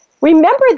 remember